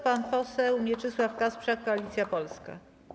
Pan poseł Mieczysław Kasprzak, Koalicja Polska.